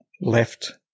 left